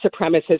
supremacists